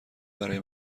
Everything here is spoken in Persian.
برای